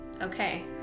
Okay